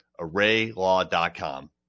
ArrayLaw.com